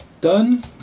Done